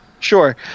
Sure